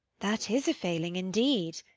that is a failing, indeed.